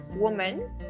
woman